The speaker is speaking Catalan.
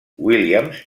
williams